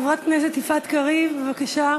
חברת הכנסת יפעת קריב, בבקשה,